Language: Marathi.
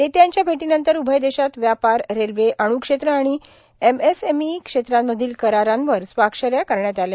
नेत्यांच्या भेटीनंतर उभय देशात व्यापार रेल्वे अणूक्षेत्र आणि एमएसएमई क्षेत्रांमधील करारांवर स्वाक्षऱ्या करण्यात आल्या